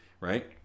right